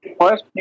First